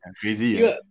Crazy